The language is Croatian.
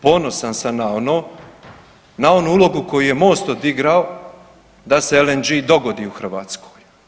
Ponosan sam na ono, na onu ulogu koju je Most odigrao da se LNG dogodi u Hrvatskoj.